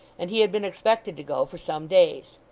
and he had been expected to go for some days.